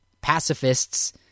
pacifists